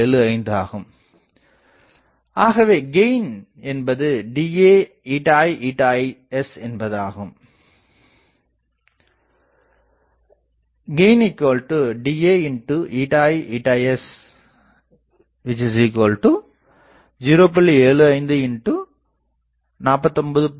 75 ஆகும் ஆகவே கெயின் என்பது DAηi ηs ஆகும் கெயின் DAηi ηs 0